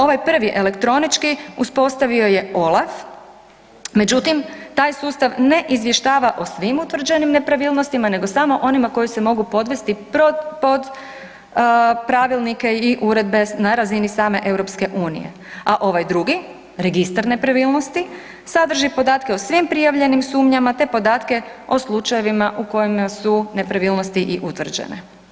Ovaj prvi elektronički uspostavio je OLAF, međutim, taj sustav ne izvještava o svim utvrđenim nepravilnostima, nego samo onima koji se mogu odvesti pod pravilnike i uredbe na razini same EU, a ovaj drugi, Registar nepravilnosti, sadrži podatke o svim prijavljenim sumnjama te podatke o slučajevima u kojima su nepravilnosti i utvrđene.